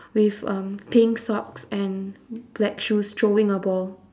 with um pink socks and black shoes throwing a ball